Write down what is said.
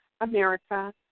america